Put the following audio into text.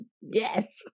yes